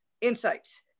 insights